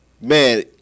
Man